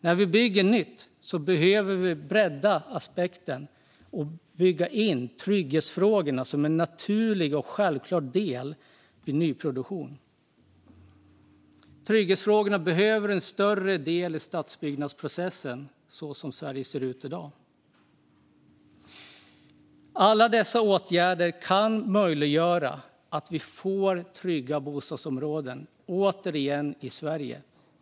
När vi bygger nytt behöver vi bredda aspekterna och bygga in tryggheten som en naturlig och självklar del vid nyproduktion. Trygghetsfrågorna behöver en större del i stadsbyggnadsprocessen så som Sverige ser ut i dag. Alla dessa åtgärder kan möjliggöra att vi återigen får trygga bostadsområden i Sverige.